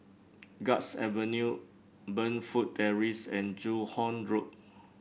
Guards Avenue Burnfoot Terrace and Joo Hong Road